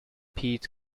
pete